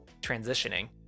transitioning